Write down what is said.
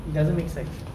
it doesn't make sense